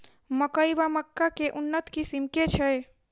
मकई वा मक्का केँ उन्नत किसिम केँ छैय?